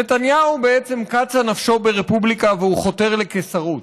נתניהו בעצם קצה נפשו ברפובליקה והוא חותר לקיסרות.